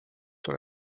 sur